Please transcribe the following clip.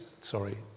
Sorry